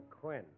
Quinn